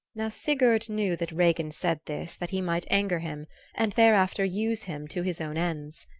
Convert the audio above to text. now sigurd knew that regin said this that he might anger him and thereafter use him to his own ends.